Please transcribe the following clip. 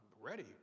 ready